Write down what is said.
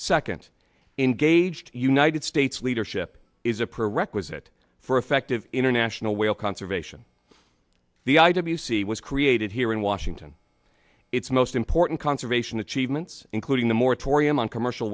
second engaged united states leadership is a prerequisite for effective international whale conservation the i w c was created here in washington its most important conservation achievements including the moratorium on commercial